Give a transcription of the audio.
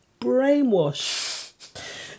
brainwash